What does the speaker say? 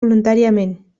voluntàriament